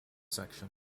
section